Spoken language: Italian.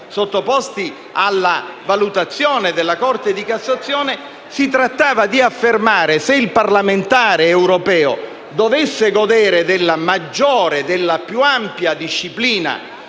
sottoposti alla valutazione della Corte di cassazione si trattava di affermare se il parlamentare europeo dovesse godere della maggiore e più ampia disciplina